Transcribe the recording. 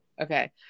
Okay